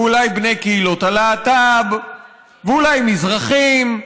ואולי בני קהילות הלהט"ב ואולי מזרחים.